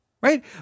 right